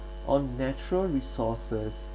on natural resources